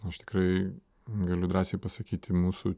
aš tikrai galiu drąsiai pasakyti mūsų